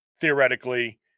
theoretically